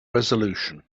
resolution